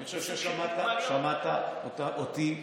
אני חושב ששמעת אותי,